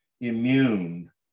immune